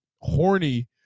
horny